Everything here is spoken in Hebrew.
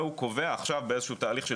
והוא קובע עכשיו באיזשהו תהליך של